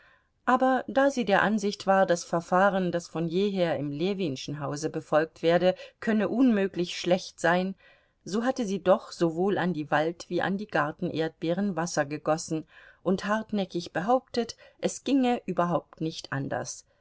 aber da sie der ansicht war das verfahren das von jeher im ljewinschen hause befolgt werde könne unmöglich schlecht sein so hatte sie doch sowohl an die wald wie an die gartenerdbeeren wasser gegossen und hartnäckig behauptet es ginge überhaupt nicht anders